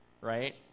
right